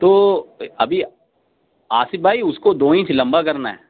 تو ابھی آصف بھائی اُس کو دو انچ لمبا کرنا ہے